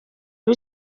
aba